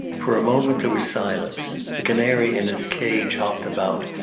for a moment there was silence. the canary in its cage hopped about,